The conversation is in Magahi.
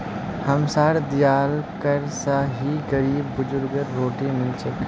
हमसार दियाल कर स ही गरीब बुजुर्गक रोटी मिल छेक